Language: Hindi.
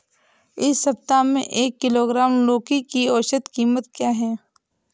इस सप्ताह में एक किलोग्राम लौकी की औसत कीमत क्या है?